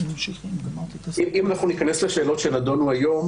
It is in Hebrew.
אם ניכנס לשאלות שנדונו היום,